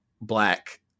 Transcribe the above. black